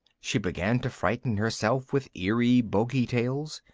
she began to frighten herself with eerie bogie tales,